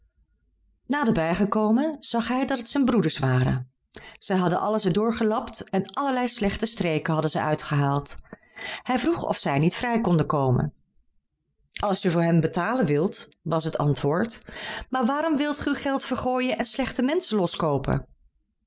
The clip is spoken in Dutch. naderbij gekomen zag hij dat het zijn broeders waren zij hadden alles er doorgelapt en allerlei slechte streken hadden zij uitgehaald hij vroeg of zij niet vrij konden komen als je voor hen wilt betalen was het antwoord maar waarom wilt ge uw geld weggooien en slechte menschen